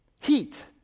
heat